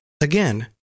Again